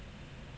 mmhmm